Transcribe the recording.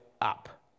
up